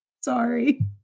sorry